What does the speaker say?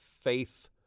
faith